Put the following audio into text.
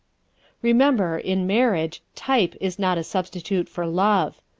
remember, in marriage, type is not a substitute for love.